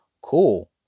Cool